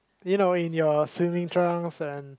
you know in your swimming trunks and